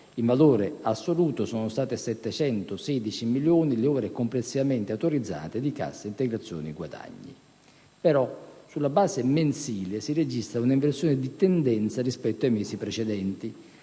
in valore assoluto sono state 716 milioni le ore complessivamente autorizzate di cassa integrazione guadagni; però, su base mensile, si registra un'inversione di tendenza rispetto ai mesi precedenti: